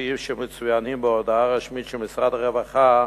כפי שמצוינים בהודעה הרשמית של משרד הרווחה,